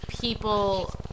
people